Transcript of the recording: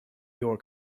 your